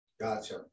Gotcha